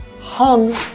hung